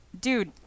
dude